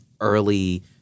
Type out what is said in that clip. early